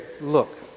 look